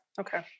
Okay